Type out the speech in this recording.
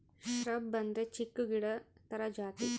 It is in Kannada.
ಶ್ರಬ್ ಅಂದ್ರೆ ಚಿಕ್ಕು ಗಿಡ ತರ ಜಾತಿ